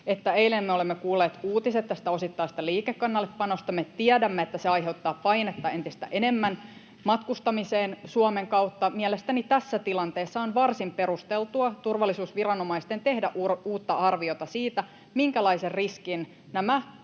että eilen me olemme kuulleet uutiset tästä osittaisesta liikekannallepanosta. Me tiedämme, että se aiheuttaa painetta entistä enemmän matkustamiseen Suomen kautta. Mielestäni tässä tilanteessa on varsin perusteltua turvallisuusviranomaisten tehdä uutta arviota siitä, minkälaisen riskin nämä